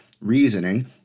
reasoning